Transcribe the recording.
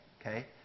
okay